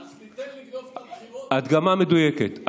אז תיתן לגנוב את הבחירות, הדגמה מדויקת.